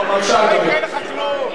לא יקרה לך כלום.